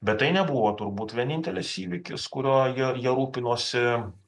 bet tai nebuvo turbūt vienintelis įvykis kuriuo jie jie rūpinosi